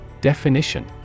Definition